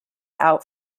out